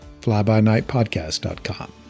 flybynightpodcast.com